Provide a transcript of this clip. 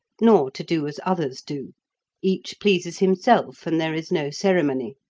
nor to do as others do each pleases himself, and there is no ceremony.